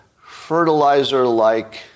fertilizer-like